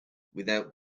without